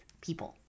people